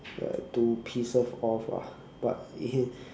like to piss her off ah but